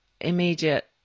immediate